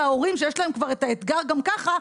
ההורים שיש להם כבר את האתגר גם ככה,